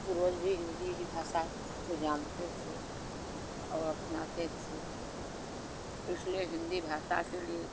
पूर्वज भी हिन्दी ही भाषा को जानते थे और अपनाते थे इसलिए हिन्दी भाषा के लिए